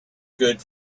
good